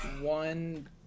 one